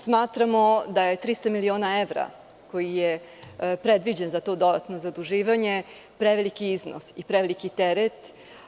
Smatramo da je 300 miliona evra, koje je predviđeno za to dodatno zaduživanje, preveliki iznos i preveliki teret.